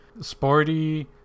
sporty